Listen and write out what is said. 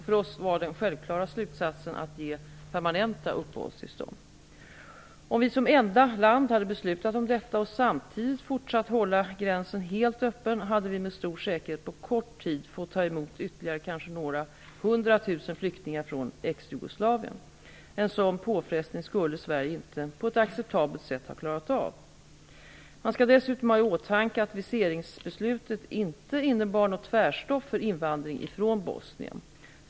För oss var den självklara slutsatsen att ge dem permanenta uppehållstillstånd. Om vi som enda land hade beslutat om detta och samtidigt fortsatt hålla gränsen helt öppen hade vi med stor säkerhet på kort tid fått ta emot ytterligare kanske några hundra tusen flyktingar från ex Jugoslavien. En sådan påfrestning skulle Sverige inte på ett acceptabelt sätt ha klarat av. Man skall dessutom ha i åtanke att viseringsbeslutet inte innebar något tvärstopp för invandring från Bosnien.